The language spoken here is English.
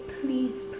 please